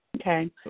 Okay